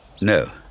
No